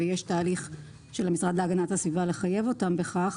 ויש תהליך של המשרד להגנת הסביבה לחייב אותם בכך,